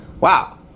wow